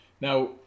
Now